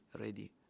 ready